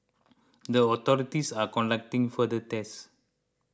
the authorities are conducting further tests